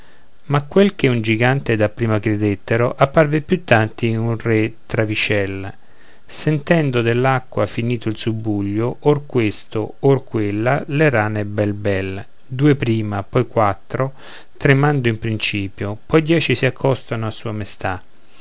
ma quel che un gigante dapprima credettero apparve più tardi un re travicel sentendo dell'acqua finito il subbuglio or questa ora quella le rane bel bel due prima poi quattro tremando in principio poi dieci si accostano a sua maestà